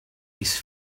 his